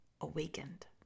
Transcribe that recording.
awakened